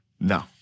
No